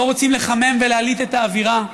לא רוצים לחמם ולהלהיט את האווירה.